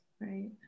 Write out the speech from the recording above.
Right